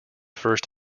first